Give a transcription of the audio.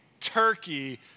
turkey